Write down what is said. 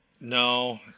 no